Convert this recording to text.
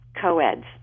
co-eds